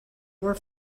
were